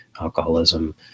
alcoholism